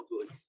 good